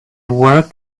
worked